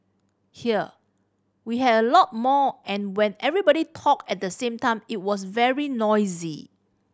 here we had a lot more and when everybody talked at the same time it was very noisy